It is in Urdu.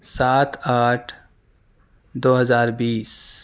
سات آٹھ دو ہزار بیس